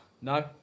no